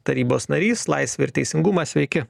tarybos narys laisvė ir teisingumas sveiki